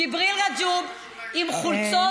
ג'יבריל רגו'ב עם חולצות,